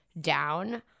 down –